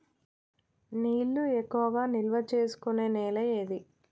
నీళ్లు ఎక్కువగా నిల్వ చేసుకునే నేల ఏది?